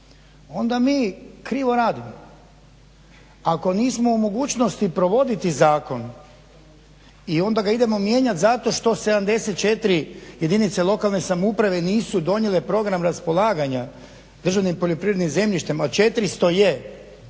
onda mi krivo radimo. Ako nismo u mogućnosti provoditi zakon i onda ga idemo mijenjat zato što 74 jedinice lokalne samouprave nisu donijele program raspolaganja državnim poljoprivrednim zemljištem, a 400 je,